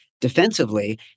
Defensively